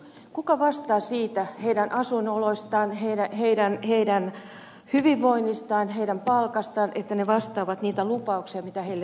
kuka vastaa heidän asuinoloistaan heidän hyvinvoinnistaan heidän palkastaan että ne vastaavat niitä lupauksia joita heille on annettu